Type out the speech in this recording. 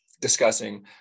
discussing